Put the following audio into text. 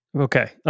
Okay